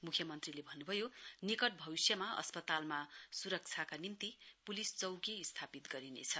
मुख्यमन्त्रीले भन्नुभयो निकट भविष्यमा अस्पतालमा सुरक्षाका निम्ति पुलिस चौकी स्थापित गरिनेछ